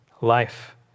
life